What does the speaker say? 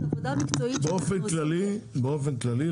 באופן כללי,